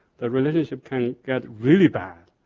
the relationship can get really bad.